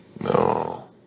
No